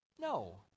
No